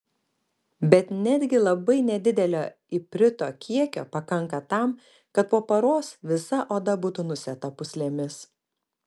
bet netgi labai nedidelio iprito kiekio pakanka tam kad po paros visa oda būtų nusėta pūslėmis